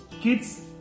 kids